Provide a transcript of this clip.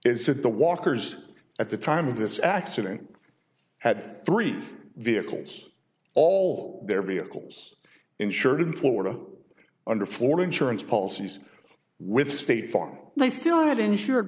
that the walkers at the time of this accident had three vehicles all their vehicles insured in florida under floor insurance policies with state farm they still are not insured